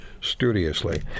studiously